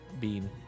Bean